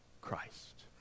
Christ